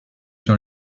dans